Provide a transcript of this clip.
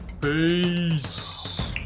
Peace